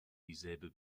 dieselbe